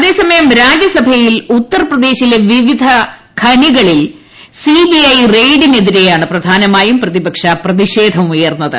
അതേസമയം രാജ്യസഭയിൽ ഉത്തർപ്രദേശിലെ വിവിധ ഖനികളിൽ സി ബി ഐ റെയ്ഡിനെതിരെയാണ് പ്രധാനമായും പ്രതിപക്ഷ പ്രതിഷേധം ഉയർന്നത്